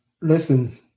listen